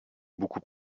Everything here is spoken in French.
beaucoup